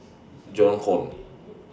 Joan Hon